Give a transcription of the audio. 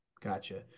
Gotcha